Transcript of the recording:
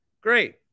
Great